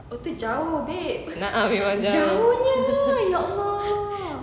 a'ah memang jauh